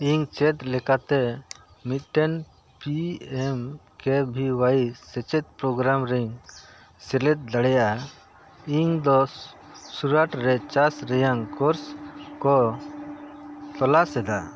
ᱤᱧ ᱪᱮᱫ ᱞᱮᱠᱟᱛᱮ ᱢᱤᱫᱴᱮᱱ P M K V Y ᱥᱮᱪᱮᱫ ᱯᱨᱳᱜᱽᱨᱟᱢᱨᱤᱧ ᱥᱮᱞᱮᱫ ᱫᱟᱲᱮᱭᱟᱜᱼᱟ ᱤᱧᱫᱚ ᱥᱩᱨᱟᱴ ᱨᱮ ᱪᱟᱥ ᱨᱮᱭᱟᱜ ᱠᱳᱨᱥ ᱠᱚ ᱛᱚᱞᱟᱥ ᱮᱫᱟ